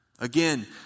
Again